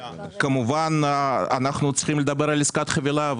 כמובן אנחנו צריכים לדבר על עסקת חבילה,